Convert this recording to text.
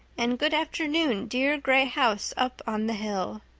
and good afternoon, dear gray house up on the hill.